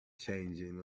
changing